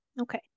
Okay